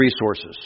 resources